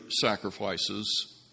sacrifices